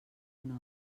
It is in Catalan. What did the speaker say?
una